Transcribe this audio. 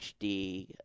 HD